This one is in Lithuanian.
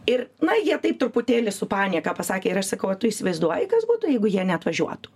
ir na jie taip truputėlį su panieka pasakė ir aš sakau o tu įsivaizduoji kas būtų jeigu jie neatvažiuotų